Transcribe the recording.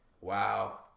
Wow